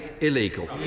illegal